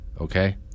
okay